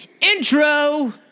Intro